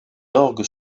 d’orgue